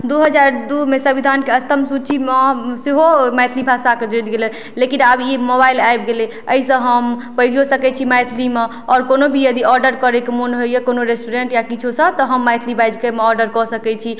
दू हजार दूमे संविधानके अष्टम सूचिमे सेहो मैथिली भाषा जुरि गेलै लेकिन आब ई मोबाइल आबि गेलै एहि सऽ हम पैढ़ियो सकैत छी मैथिलीमे आओर कोनो भी यदि ऑर्डर करैके मोन होइए कोनो रेस्टोरेन्ट या किछौ से तऽ हम मैथिली बाजि कऽ ओहिमे ऑर्डर कऽ सकैत छी